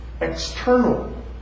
external